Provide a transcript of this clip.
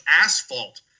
asphalt